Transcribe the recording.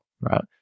right